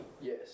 Yes